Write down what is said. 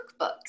cookbooks